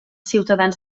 ciutadans